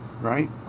Right